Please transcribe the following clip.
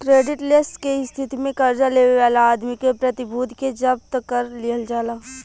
credit less के स्थिति में कर्जा लेवे वाला आदमी के प्रतिभूति के जब्त कर लिहल जाला